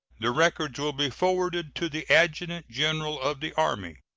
the records will be forwarded to the adjutant-general of the army.